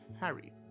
Harry